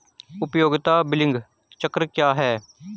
उपयोगिता बिलिंग चक्र क्या है?